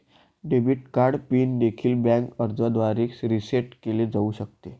debit card pin देखील bank अर्जाद्वारे reset केले जाऊ शकते